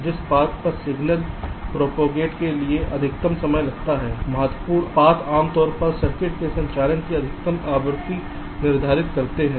जिन path पर signal को propagate के लिए अधिकतम समय लगता है महत्वपूर्ण पाथआमतौर पर सर्किट के संचालन की अधिकतम आवृत्ति निर्धारित करते हैं